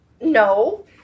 no